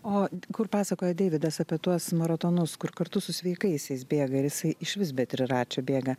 o d kur pasakoja deividas apie tuos maratonus kur kartu su sveikaisiais bėga ir jisai išvis be triračio bėga